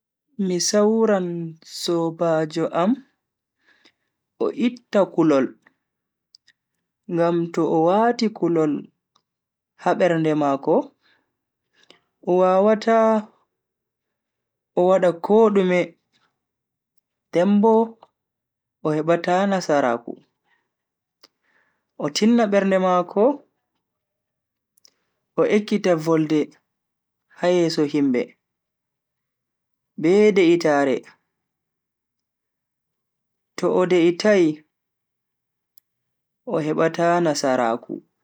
Mi sawaran sobajo am o itta kulol ngam to o wati kulol ha bernde mako o wawata o wada kodume den bo o hebata nasaraku. O tinna bernde mako o ekkita volde ha yeso himbe be de'itaare to o de'itai o hebata nasaraaku.